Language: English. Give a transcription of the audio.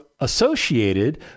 associated